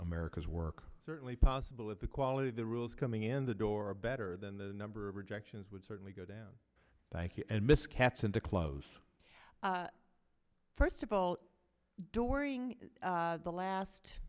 america's work certainly possible with the quality of the rules coming in the door better than the number of rejections would certainly go down thank you and mr katz and to close first of all during the last